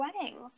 weddings